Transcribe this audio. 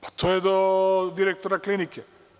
Pa, to je do direktora klinike.